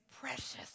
precious